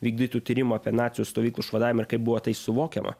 vykdytų tyrimų apie nacių stovyklų išvadavimą ir kaip buvo tai suvokiama